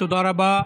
תודה רבה.